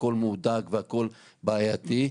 הכול מהודק והכול בעייתי,